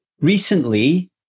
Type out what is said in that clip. recently